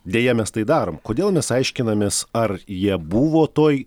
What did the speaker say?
deja mes tai darom kodėl mes aiškinamės ar jie buvo toj